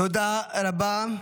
תודה רבה.